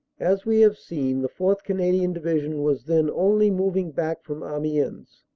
as ve have seen the fourth. canadian division was then only moving back from amiens.